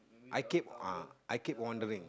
I keep I keep wondering